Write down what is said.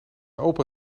opa